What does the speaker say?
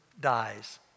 dies